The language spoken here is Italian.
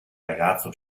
ragazzo